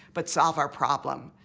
but solve our problem.